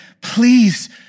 please